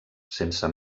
sense